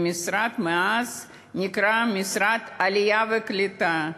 והמשרד מאז נקרא משרד העלייה והקליטה,